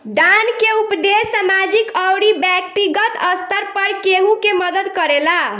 दान के उपदेस सामाजिक अउरी बैक्तिगत स्तर पर केहु के मदद करेला